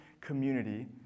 community